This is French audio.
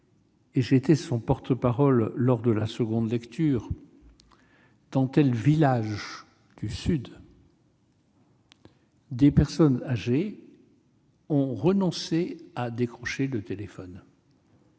dont j'étais le porte-parole lors de la seconde lecture. Dans un village de montagne du Sud, des personnes âgées ont renoncé à décrocher le téléphone